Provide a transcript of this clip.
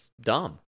dumb